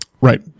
Right